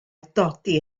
dodi